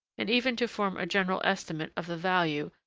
and even to form a general estimate of the value,